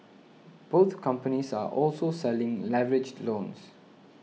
both companies are also selling leveraged loans